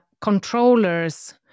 controllers